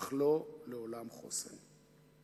אך לא לעולם חוסן.